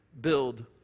build